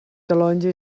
calonge